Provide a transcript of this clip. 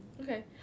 Okay